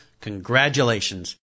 congratulations